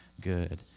good